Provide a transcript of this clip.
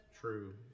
true